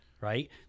right